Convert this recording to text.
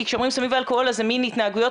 כי כשאומרים סמים ולאלכוהול אז זה מן התנהגויות